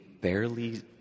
barely